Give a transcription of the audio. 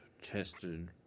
tested